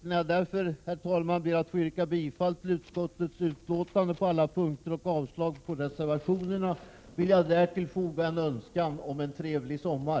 När jag därför, herr talman, yrkar bifall till utskottets hemställan på alla punkter och avslag på reservationerna, vill jag därtill foga en önskan om en trevlig sommar.